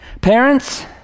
Parents